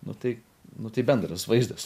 nu tai nu tai bendras vaizdas